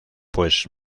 pues